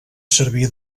servia